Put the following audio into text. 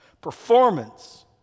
Performance